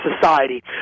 society